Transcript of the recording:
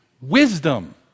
Wisdom